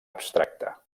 abstracta